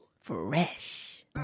Fresh